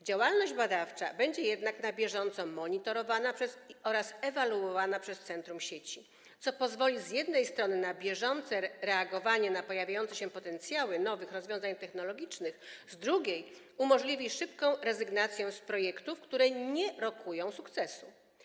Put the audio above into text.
Działalność badawcza będzie jednak na bieżąco monitorowana oraz ewaluowana przez centrum sieci, co z jednej strony pozwoli na bieżące reagowanie na pojawiające się potencjały nowych rozwiązań technologicznych, z drugiej umożliwi szybką rezygnację z projektów, które nie rokują sukcesu.